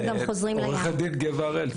--- עורכת הדין גבע הראל,